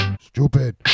Stupid